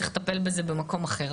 צריך לטפל בזה במקום אחר,